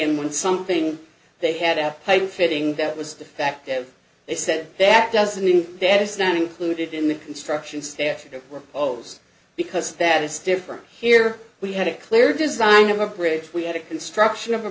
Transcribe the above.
and when something they had a fitting that was effective they said that doesn't mean that it's not included in the construction staff there were calls because that is different here we had a clear design of a bridge we had a construction of a